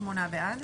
מי נגד,